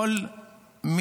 כולנו.